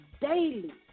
daily